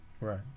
right